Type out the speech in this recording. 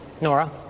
Nora